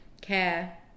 care